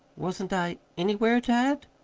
wasn't i anywhere, dad?